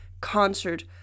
concert